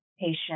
patient